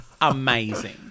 Amazing